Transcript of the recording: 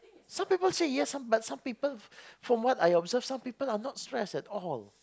some people say yes but some from what I observed some people are not stressed at all